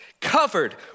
Covered